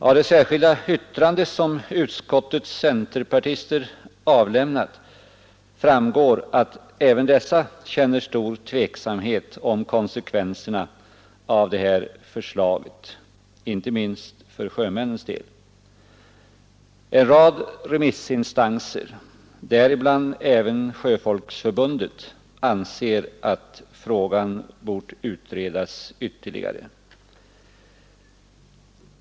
Av det särskilda yttrande som utskottets centerpartister avgivit framgår att även dessa känt stor tveksamhet om konsekvenserna av föreliggande förslag, inte minst för sjömännens del. En rad remissinstanser, däribland även Svenska sjöfolksförbundet, anser att frågan bort utredas ytterligare.